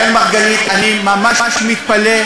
אראל מרגלית, אני ממש מתפלא.